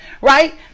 right